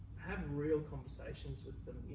have real conversations with them.